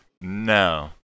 No